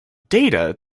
data